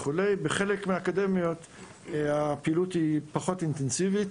בחלק מהאקדמיות הפעילות היא פחות אינטנסיבית.